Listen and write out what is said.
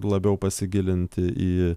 labiau pasigilinti į